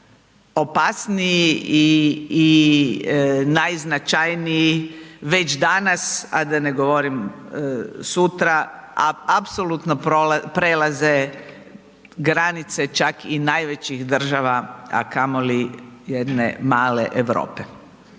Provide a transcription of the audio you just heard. najopasniji i najznačajniji već danas, a da ne govorim sutra, apsolutno prelaze graniče čak i najvećih država, a kamoli jedne male Europe.